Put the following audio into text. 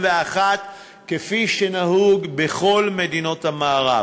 כפי שנהוג בכל מדינות המערב.